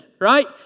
right